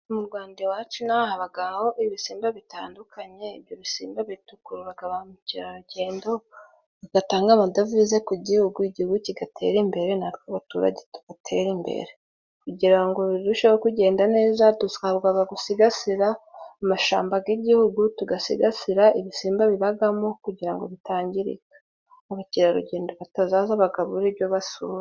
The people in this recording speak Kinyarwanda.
Mu Rwanda iwacu inaha habagaho ibisimba bitandukanye ibyo bisimba bitukururaga ba mukerarugendo bagatanga amadovize ku gihugu, igihugu kigatera imbere natwe abaturage tugatera imbere, kugira ngo birusheho kugenda neza dusabwaga gusigasira amashamba g'igihugu tugasigasira ibisimba bibagamo kugira ngo bitangirika, abakerarugendo batazaza bakabura ibyo basura.